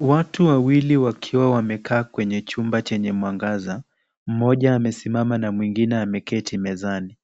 Watu wawili wakiwa wamekaa kwenye chumba chenye mwangaza, mmoja amesimama na mwingine ameketi mezani.